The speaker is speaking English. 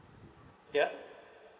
yeah